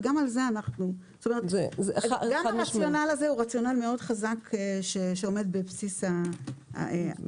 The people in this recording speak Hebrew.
וגם הרציונל הזה הוא רציונל מאוד חזק שעומד בבסיס ההצעה.